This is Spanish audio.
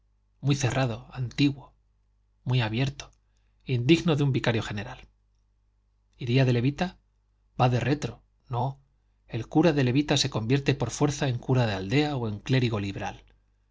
muy cerrado antiguo muy abierto indigno de un vicario general iría de levita vade retro no el cura de levita se convierte por fuerza en cura de aldea o en clérigo liberal